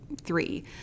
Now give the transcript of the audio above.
three